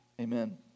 amen